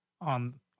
on